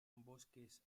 bosques